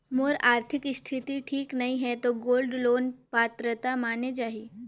मोर आरथिक स्थिति ठीक नहीं है तो गोल्ड लोन पात्रता माने जाहि?